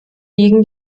liegen